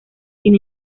sin